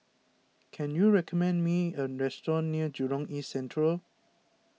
can you recommend me a restaurant near Jurong East Central